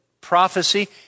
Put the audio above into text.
prophecy